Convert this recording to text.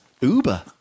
Uber